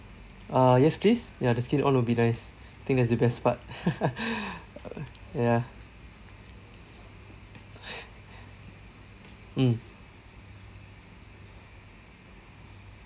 uh yes please ya the skin on would be nice think that's the best part err ya mm